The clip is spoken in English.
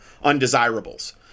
undesirables